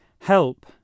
Help